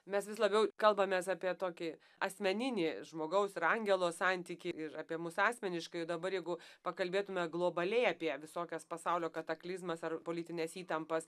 mes vis labiau kalbamės apie tokį asmeninį žmogaus ir angelo santykį ir apie mus asmeniškai dabar jeigu pakalbėtume globaliai apie visokias pasaulio kataklizmas ar politines įtampas